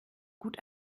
gut